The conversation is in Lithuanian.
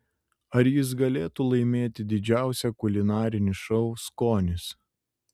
ar jis galėtų laimėti didžiausią kulinarinį šou skonis